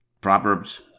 Proverbs